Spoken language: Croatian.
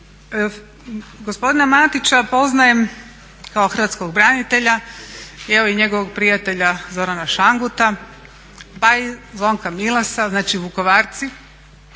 gospodina Matića poznajem kao hrvatskog branitelja i evo i njegovog prijatelja Zorana Šanguta pa i Zvonka Milasa znači Vukovarci